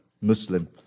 Muslim